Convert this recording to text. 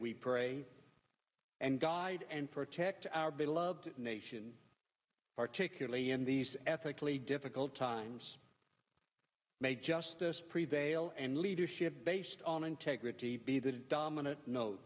we pray and guide and protect our beloved nation particularly in these ethically difficult times make justice prevail and leadership based on integrity be the dominant no